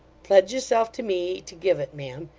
pledge yourself to me to give it, ma' am,